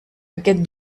aquest